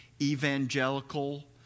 evangelical